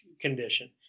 condition